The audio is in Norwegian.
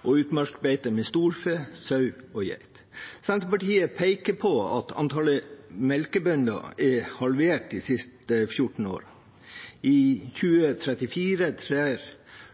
og utmarksbeite med storfe, sau og geit. Senterpartiet peker på at antallet melkebønder er halvert de siste 14 årene. I 2034 trer